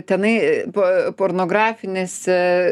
tenai po pornografinėse